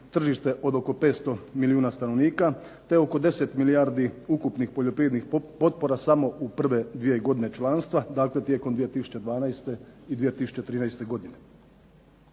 tržište od oko 500 milijuna stanovnika, te oko 10 milijardi ukupnih poljoprivrednih potpora samo u prve dvije godine članstva, dakle tijekom 2012. i 2013. godine.